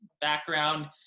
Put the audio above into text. Background